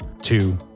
Two